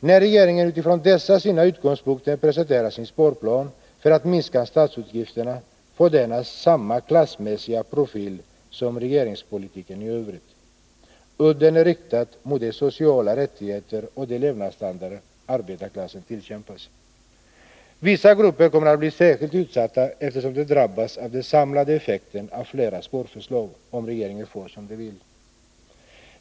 När regeringen utifrån dessa sina utgångspunkter presenterar sin ”sparplan” för att minska statsutgifterna får denna samma klassmässiga profil som regeringspolitiken i övrigt. Udden är riktad mot de sociala rättigheter och den levnadsstandard arbetarklassen tillkämpat sig. Vissa grupper kommer att bli särskilt utsatta, eftersom de drabbas av den samlade effekten av flera sparförslag, om regeringen får som den vill.